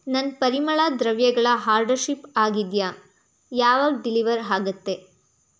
ನನ್ನ ಪರಿಮಳ ದ್ರವ್ಯಗಳ ಹಾರ್ಡರ್ ಶಿಪ್ ಆಗಿದೆಯಾ ಯಾವಾಗ ಡೆಲಿವರ್ ಆಗತ್ತೆ